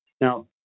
Now